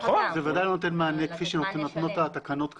זה בוודאי לא נותן מענה, כפי שנותנות התקנות כאן.